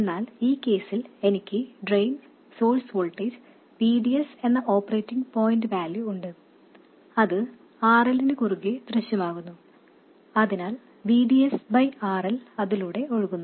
എന്നാൽ ഈ കേസിൽ എനിക്ക് ഡ്രെയിൻ സോഴ്സ് വോൾട്ടേജ് VDS എന്ന ഓപ്പറേറ്റിങ് പോയിന്റ് വാല്യൂ ഉണ്ട് അത് RL നു കുറുകേ ദൃശ്യമാകുന്നു അതിനാൽ VDS by RL അതിലൂടെ ഒഴുകുന്നു